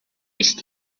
ist